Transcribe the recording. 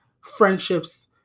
friendships